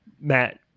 Matt